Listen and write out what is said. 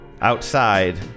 outside